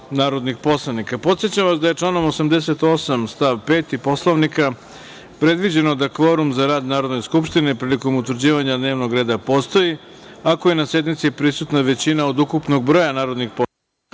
vas da je članom 88. stav 5. Poslovnika predviđeno da kvorum za rad Narodne skupštine prilikom utvrđivanja dnevnog reda postoji ako je na sednici prisutna većina od ukupnog broja narodnih poslanika. Radi